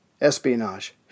Espionage